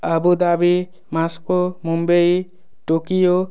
Abu Dhabi Moscow Mumbai Tokyo